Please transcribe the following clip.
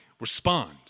respond